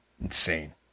Insane